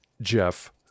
Jeff